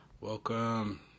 Welcome